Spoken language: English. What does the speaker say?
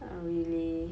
um really